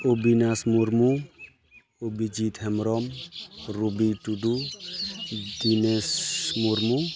Abinash Murmu Abhijit Hembrom Rabi Tudu Dinesh Murmu